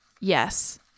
Yes